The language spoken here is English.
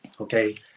Okay